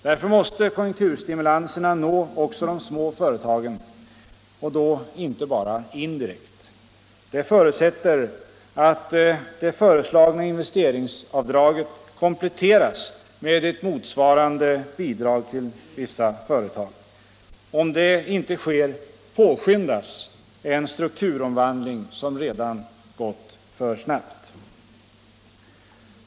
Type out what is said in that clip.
Därför måste konjunkturstimulanserna nå också de små företagen - och då inte bara indirekt. Det föutsätter att det föreslagna investeringsavdraget kompletteras med ett motsvarande bidrag till vissa företag. Om det inte sker påskyndas en strukturomvandling som redan gått för snabbt.